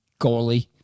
goalie